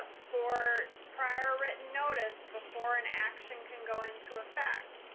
for prior written notice before an action can go into effect.